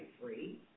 free